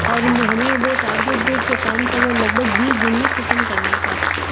और हमें वो टारगेट बेस जो काम था वो लगभग बीस दिन में ख़त्म करना था